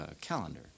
calendar